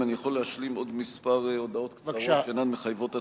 אם אני יכול להשלים עוד כמה הודעות קצרות שאינן מחייבות הצבעה.